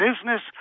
business